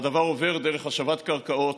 הדבר עובר דרך השבת הקרקעות,